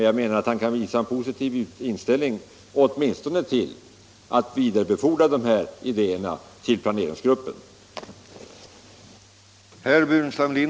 — Jag menar att han kan visa en positiv inställning åtminstone till att vidarebefordra de här idéerna till planeringsgruppen.